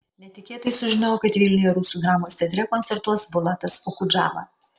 netikėtai sužinojau kad vilniuje rusų dramos teatre koncertuos bulatas okudžava